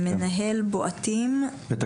מנהל את